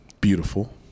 Beautiful